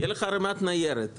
תהיה לך ערימת ניירת.